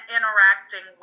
interacting